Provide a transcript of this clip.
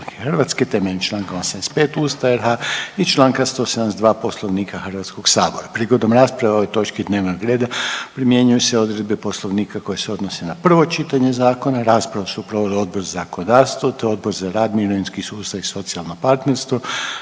Vlada RH temeljem čl. 85. Ustava RH i čl. 172. Poslovnika HS-a. Prigodom rasprave o ovoj točki dnevnog reda primjenjuju se odredbe Poslovnika koje se odnose na prvo čitanje zakona. Raspravu su proveli Odbor za zakonodavstvo, te Odbor za rad, mirovinski sustav i socijalno partnerstvo.